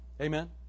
Amen